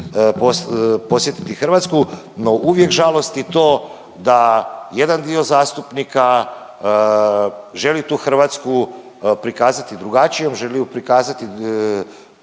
posjetiti Hrvatsku, no uvijek žalosti to da jedan dio zastupnika želi tu Hrvatsku prikazati drugačijom, želi ju prikazati